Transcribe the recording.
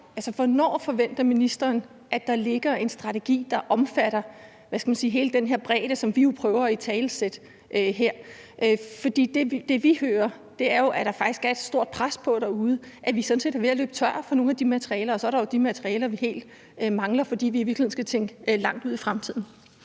hvornår ministeren forventer der ligger en strategi, der omfatter hele den her bredde, som vi jo prøver at italesætte her? For det, vi hører, er jo, at der faktisk er et stort pres på derude, altså at vi sådan set er ved at løbe tør for nogle af de her materialer. Og så er der jo de materialer, vi helt mangler, fordi vi i virkeligheden skal tænke langt ud i fremtiden.